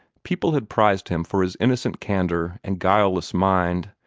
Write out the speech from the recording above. people had prized him for his innocent candor and guileless mind,